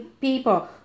people